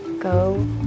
go